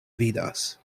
vidas